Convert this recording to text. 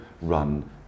run